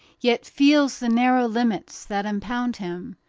yet feels the narrow limits that impound him,